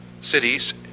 cities